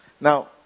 Now